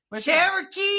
Cherokee